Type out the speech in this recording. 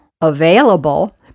available